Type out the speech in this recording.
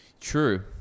True